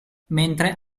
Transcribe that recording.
mentre